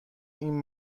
این